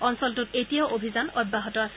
অঞ্চলটোত এতিয়াও অভিযান অব্যাহত আছে